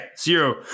Zero